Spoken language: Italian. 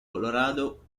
colorado